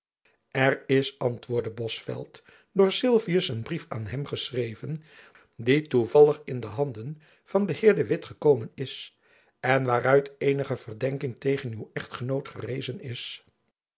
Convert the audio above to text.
er is antwoordde bosveldt door sylvius een brief aan hem geschreven die toevallig in de handen van den heer de witt gekomen is en waaruit eenige verdenking tegen uw echtgenoot gerezen is